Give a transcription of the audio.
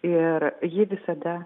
ir ji visada